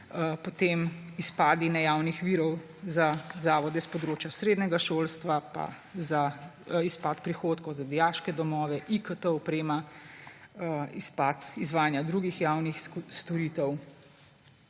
potem izpadi nejavnih virov za zavode s področja srednjega šolstva, pa za izpad prihodkov za dijaške domove, IKT oprema, izpad, izvajanja drugih javnih storitev